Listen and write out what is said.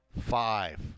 Five